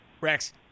Rex